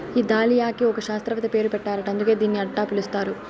ఈ దాలియాకి ఒక శాస్త్రవేత్త పేరు పెట్టారట అందుకే దీన్ని అట్టా పిలుస్తారు